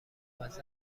موظف